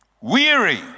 Weary